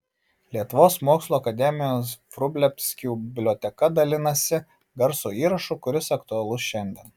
lietuvos mokslų akademijos vrublevskių biblioteka dalinasi garso įrašu kuris aktualus šiandien